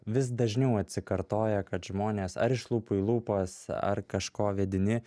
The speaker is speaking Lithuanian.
vis dažniau atsikartoja kad žmonės ar iš lūpų į lūpas ar kažko vedini